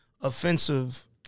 offensive